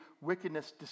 wickedness